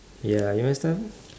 ya you want start with me